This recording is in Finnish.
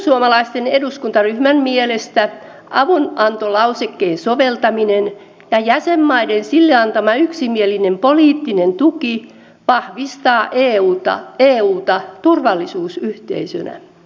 perussuomalaisten eduskuntaryhmän mielestä avunantolausekkeen soveltaminen ja jäsenmaiden sille antama yksimielinen poliittinen tuki vahvistavat euta turvallisuusyhteisönä